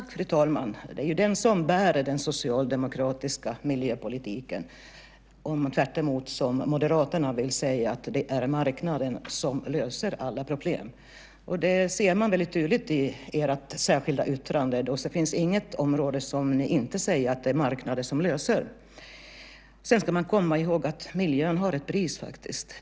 Fru talman! Den socialdemokratiska miljöpolitiken bär det hela, tvärtemot vad Moderaterna säger om att marknaden löser alla problem. Det går att tydligt se i ert särskilda yttrande att det finns inget område där ni inte säger att det är marknaden som löser problemen. Miljön har ett pris.